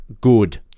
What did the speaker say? good